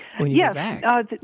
Yes